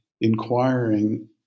inquiring